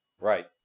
Right